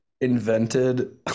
invented